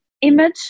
image